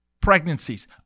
pregnancies